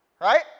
right